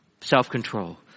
self-control